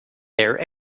there